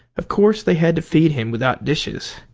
of course they had to feed him without dishes.